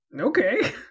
Okay